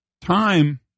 Time